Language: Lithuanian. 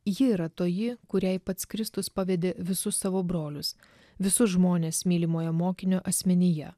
ji yra toji kuriai pats kristus pavedė visus savo brolius visus žmones mylimojo mokinio asmenyje